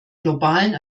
globalen